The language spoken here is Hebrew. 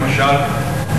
למשל,